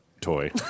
toy